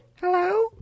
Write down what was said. Hello